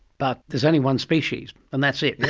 but there's only one species, and that's it.